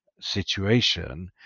situation